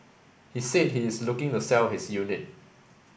he said he is looking to sell his unit